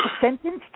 sentenced